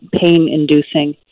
pain-inducing